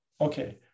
Okay